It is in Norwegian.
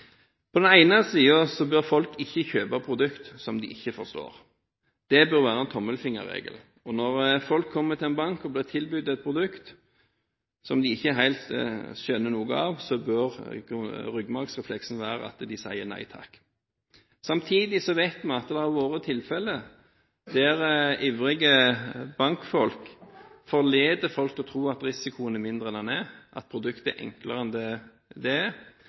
av den egenkapitalen som de egentlig burde brukt til å betale ned på egen bolig. Så om kompliserte spareprodukter. Det går flere saker for retten, og vi skal ikke prosedere her. Folk bør ikke kjøpe produkter som de ikke forstår. Det bør være en tommelfingerregel. Når folk kommer til en bank og blir tilbudt et produkt som de ikke helt skjønner noe av, bør ryggmargsrefleksen være at de sier nei takk. Samtidig vet vi at det har vært tilfeller der ivrige bankfolk har forledet folk til å tro at